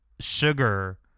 sugar